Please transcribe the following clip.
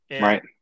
Right